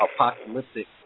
apocalyptic